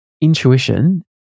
Intuition